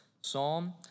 Psalm